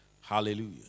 Hallelujah